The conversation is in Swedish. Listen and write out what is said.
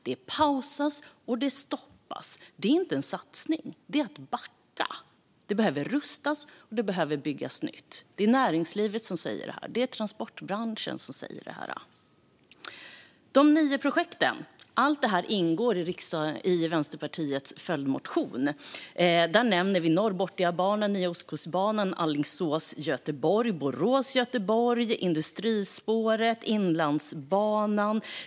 Det pausas och stoppas. Det är ingen satsning; det är att backa. Det behöver rustas och byggas nytt. Det säger näringslivet och transportbranschen. De nio projekten ingår i Vänsterpartiets följdmotion. Vi nämner Norrbotniabanan, Nya Ostkustbanan, Alingsås-Göteborg, Borås-Göteborg, Industrispåret och Inlandsbanan.